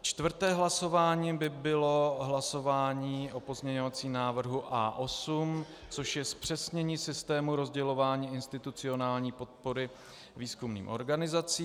Čtvrté hlasování by bylo hlasování o pozměňovacím návrhu A8, což je zpřesnění systému rozdělování institucionální podpory výzkumným organizacím.